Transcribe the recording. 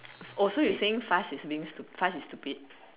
oh so you saying fast is being fast is stupid